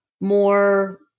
more –